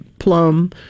Plum